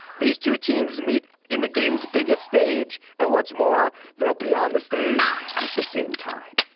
these two teams meet in the game's biggest stage. and what's more they'll be on the stage at the same time.